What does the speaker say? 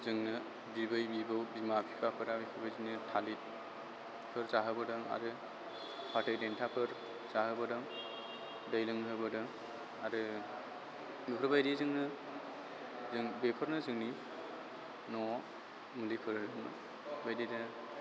जोंनो बिबै बिबौ बिमा बिफाफोरा बेफोरबायदिनो थालिरफोर जाहोबोदों आरो फाथै देन्थाफोर जाहोबोदों दै लोंहोबोदों आरो बेफोरबायदिजोंनो जों बेफोरनो जोंनि न' मुलिफोर बेबायदिनो